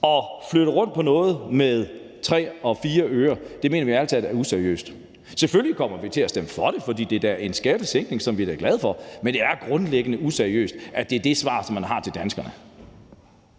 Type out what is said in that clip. at flytte rundt på noget med 3 og 4 øre mener vi ærlig talt er useriøst. Selvfølgelig kommer vi til at stemme for det, for det er da en skattesænkning, som vi er glade for. Men det er grundlæggende useriøst, at det er det svar, som man har til danskerne.